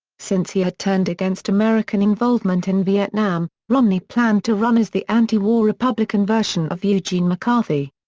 since he had turned against american involvement in vietnam, romney planned to run as the anti-war republican version of eugene mccarthy.